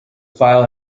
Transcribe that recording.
file